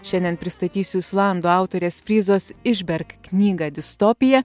šiandien pristatysiu islandų autorės fryzos ižberg knygą distopija